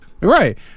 right